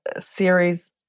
series